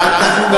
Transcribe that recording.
ואנחנו,